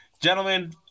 Gentlemen